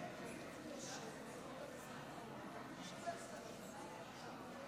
הכנסת, הרי